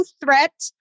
Threat